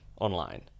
online